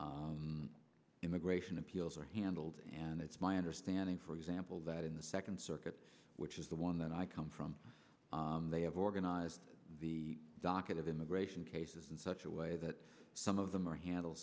which immigration appeals are handled and it's my understanding for example that in the second circuit which is the one that i come from they have organized the docket of immigration cases in such a way that some of them are handle